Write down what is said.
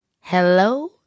Hello